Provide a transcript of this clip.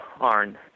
ARN